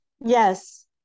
yes